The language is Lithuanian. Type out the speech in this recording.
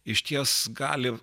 išties gali